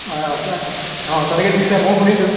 অঁ অঁ অঁ তেনেকৈ দিছে ময়ো শুনিছোঁ